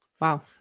Wow